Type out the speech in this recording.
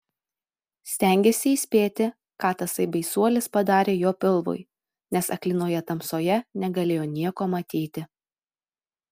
stengėsi įspėti ką tasai baisuolis padarė jo pilvui nes aklinoje tamsoje negalėjo nieko matyti